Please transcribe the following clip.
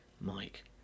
Mike